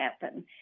happen